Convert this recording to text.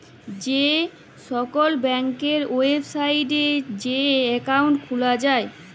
যে কল ব্যাংকের ওয়েবসাইটে যাঁয়ে একাউল্ট খুলা যায়